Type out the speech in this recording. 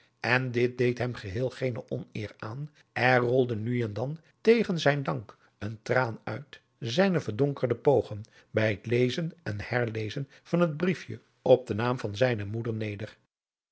en dit deed hem geheel geene oneer aan er rolde nu en dan tegen zijn dank een traan uit zijne verdonkerde pogen bij het lezen en herlezen van het briesje op den naam van zijne moeder neder